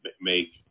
make